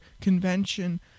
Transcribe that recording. Convention